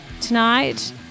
tonight